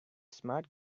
smart